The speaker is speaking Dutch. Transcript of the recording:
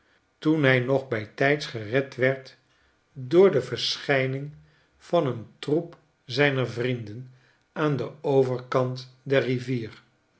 toen hij nog bytijds gered werd door de verschijning van een troep zyner vrienden aan den overkant der rivier